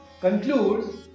concludes